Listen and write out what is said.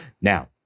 Now